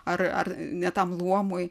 ar ar ne tam luomui